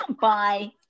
bye